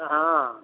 ہاں